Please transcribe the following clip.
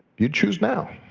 you'd choose now.